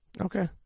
Okay